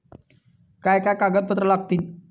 काय काय कागदपत्रा लागतील?